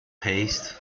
haste